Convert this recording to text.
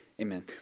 Amen